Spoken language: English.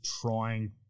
trying